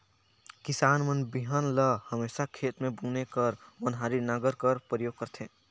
किसान मन बीहन ल हमेसा खेत मे बुने बर ओन्हारी नांगर कर परियोग करथे